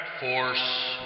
Force